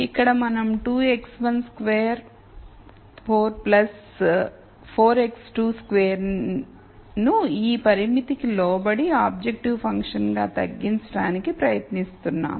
ఇక్కడ మనం 2 x124 4x22 ను ఈ పరిమితికి లోబడి ఆబ్జెక్టివ్ ఫంక్షన్గా తగ్గించడానికి ప్రయత్నిస్తున్నాము